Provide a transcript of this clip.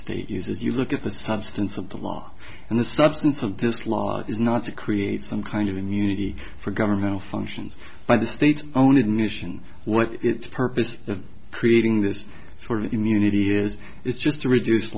state uses you look at the substance of the law and the substance of this law is not to create some kind of immunity for governmental functions by the state's own admission what the purpose of creating this sort of immunity is is just to reduce